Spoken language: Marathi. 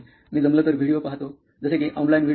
मी जमलं तर व्हिडिओ पाहतो जसे कि ऑनलाईन व्हिडिओज